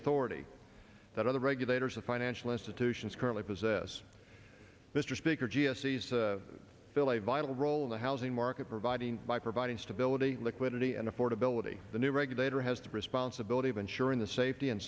authority that other regulators the financial institutions currently possess mr speaker g s e's still a vital role in the housing market providing by providing stability liquidity and affordability the new regulator has to be responsibility of ensuring the safety and